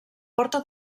porta